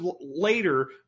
later